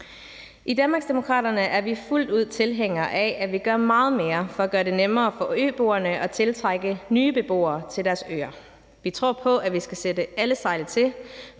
I Danmarksdemokraterne er vi fuldt ud tilhængere af, at vi gør meget mere for at gøre det nemmere for øboerne at tiltrække nye beboere til deres øer. Vi tror på, at vi skal sætte alle sejl til